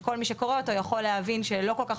שכל מי שקורא אותו יכול להבין שלא כל כך